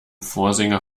vorsänger